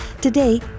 Today